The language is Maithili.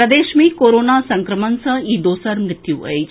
प्रदेश मे कोरोना संक्रमण सँ ई दोसर मृत्यु अछि